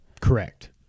correct